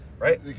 Right